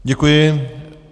Děkuji.